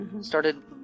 started